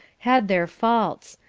had their faults,